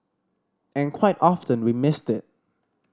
and quite often we missed it